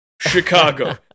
chicago